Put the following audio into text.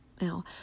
Now